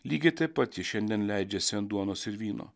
lygiai taip pat ji šiandien leidžiasi ant duonos ir vyno